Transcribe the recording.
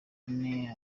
ane